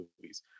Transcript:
movies